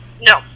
No